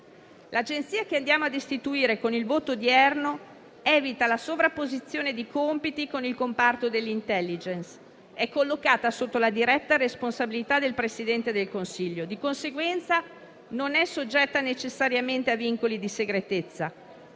L'Agenzia che andiamo ad istituire con il voto odierno evita la sovrapposizione di compiti con il comparto *dell'intelligence*; è collocata sotto la diretta responsabilità del Presidente del Consiglio, di conseguenza non è soggetta necessariamente a vincoli di segretezza.